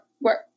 Work